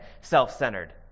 self-centered